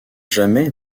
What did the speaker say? jamais